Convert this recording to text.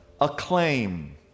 Acclaim